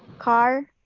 carr,